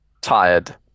Tired